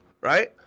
right